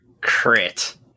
Crit